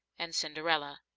and cinderella.